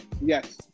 Yes